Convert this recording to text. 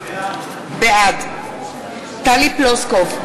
בעד טלי פלוסקוב,